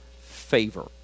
favor